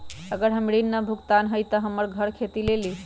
अगर हमर ऋण न भुगतान हुई त हमर घर खेती लेली?